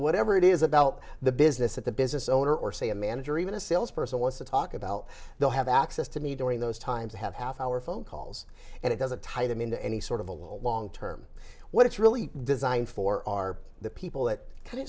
whatever it is about the business of the business owner or say a manager or even a sales person wants to talk about they'll have access to me during those times have half hour phone calls and it doesn't tie them into any sort of a long term what it's really designed for are the people that